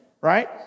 Right